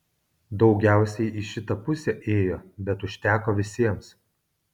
daugiausiai į šitą pusę ėjo bet užteko visiems